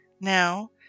Now